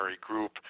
group